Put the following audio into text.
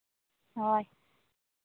ᱦᱳᱭ